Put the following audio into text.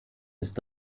ist